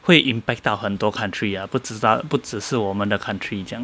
会 impact 到很多 country ah 不只是不只是我们的 country 这样